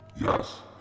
yes